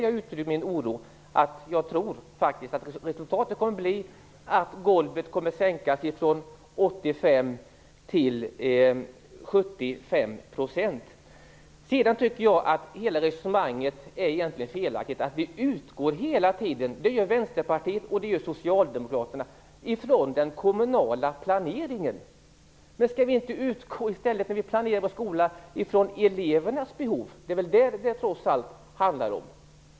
Jag tror att resultatet kommer att bli att golvet kommer att sänkas från 85 till 75 procent. Hela resonemanget är egentligen felaktig. Både Vänsterpartiet och Socialdemokraterna utgår hela tiden från den kommunala planeringen. Vi skall väl utgå från elevernas behov. Det är väl det det handlar om.